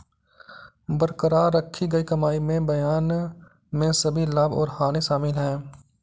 बरकरार रखी गई कमाई में बयान में सभी लाभ और हानि शामिल हैं